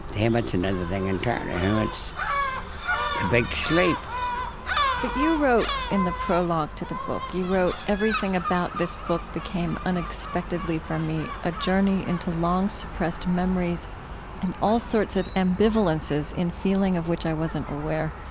to him it's another thing entirely. to and him it's the big sleep but you wrote in the prologue to the book, you wrote, everything about this book became unexpectedly for me a journey into long-suppressed memories and all sorts of ambivalences in feeling of which i wasn't aware.